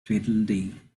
tweedledee